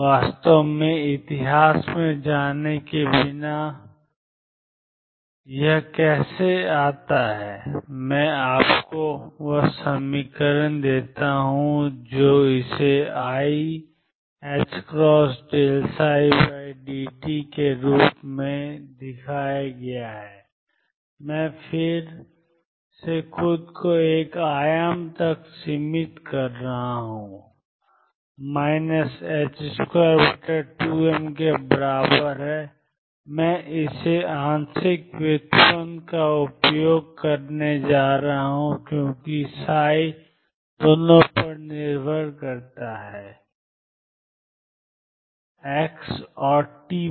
वास्तव में इतिहास में जाने के बिना और यह कैसे आता है मैं आपको वह समीकरण देता हूं जो इसे iℏdψdt के रूप में दिया गया है मैं फिर से खुद को एक आयाम तक सीमित कर रहा हूं 22m के बराबर है अब मैं आंशिक व्युत्पन्न का उपयोग करने जा रहा हूं क्योंकि दोनों पर निर्भर करता है एक्स और टी पर